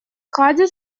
хади